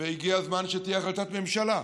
והגיע הזמן שתהיה החלטת ממשלה,